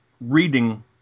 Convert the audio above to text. reading